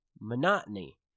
monotony